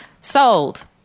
Sold